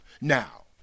Now